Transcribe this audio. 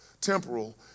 temporal